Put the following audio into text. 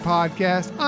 Podcast